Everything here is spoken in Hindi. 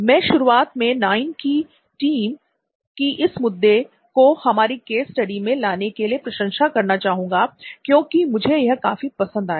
मैं शुरुआत में नॉइन की पूरी टीम की इस मुद्दे को हमारी केस स्टडी में लाने के लिए प्रशंसा करना चाहूंगा क्योंकि मुझे यह काफी पसंद आया